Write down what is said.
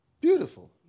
Beautiful